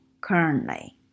currently